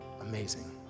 amazing